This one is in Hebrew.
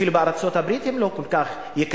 אפילו בארצות-הברית הם לא כל כך גבוהים.